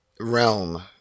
realm